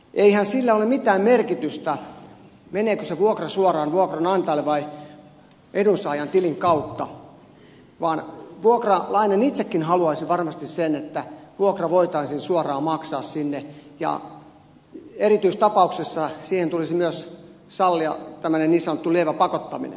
eihän sillä ole mitään merkitystä meneekö se vuokra suoraan vuokranantajalle vai edunsaajan tilin kautta vaan vuokralainen itsekin haluaisi varmasti sitä että vuokra voitaisiin suoraan maksaa sinne ja erityistapauksissa siihen tulisi myös sallia niin sanottu lievä pakottaminen